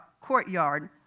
courtyard